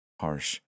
Harsh